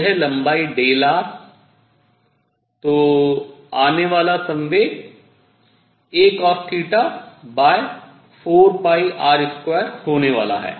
यह लंबाई Δr तो आने वाला संवेग acosθ4 r2 होने वाला है